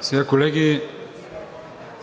Сега, колеги,